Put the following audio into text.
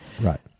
Right